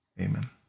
Amen